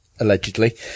allegedly